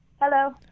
hello